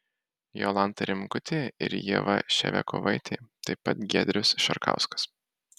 jolanta rimkutė ir ieva ševiakovaitė taip pat giedrius šarkauskas